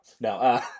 No